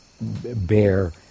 bear